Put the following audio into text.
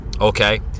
Okay